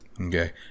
Okay